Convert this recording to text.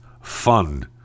Fund